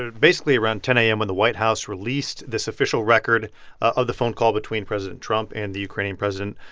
ah basically, around ten a m. when the white house released this official record of the phone call between president trump and the ukrainian president,